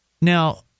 Now